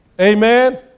Amen